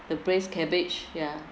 the braised cabbage ya